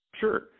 sure